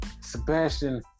Sebastian